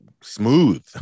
smooth